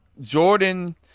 Jordan